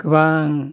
गोबां